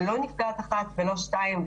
זו לא נפגעת אחת ולא שתיים,